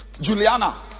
Juliana